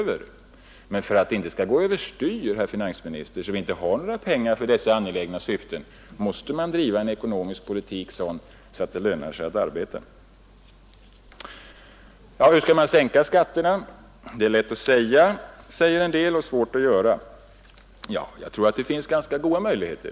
För att inte utvecklingen skall gå över styr, herr finansminister, så att vi inte får några pengar kvar för dessa angelägna syften, måste vi driva en sådan ekonomisk politik att det lönar sig att arbeta. Därför skall man sänka skatterna! Det är emellertid lätt att säga, menar en del, men svårt att göra. Jag tror dock att det finns goda möjligheter.